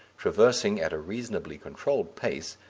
traversing, at a reasonably controlled pace,